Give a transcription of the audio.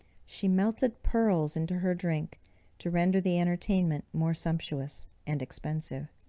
she melted pearls into her drink to render the entertainment more sumptuous and expensive.